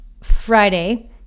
Friday